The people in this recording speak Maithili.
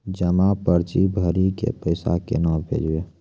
जमा पर्ची भरी के पैसा केना भेजबे?